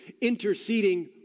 interceding